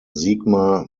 sigma